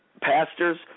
pastors